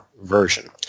version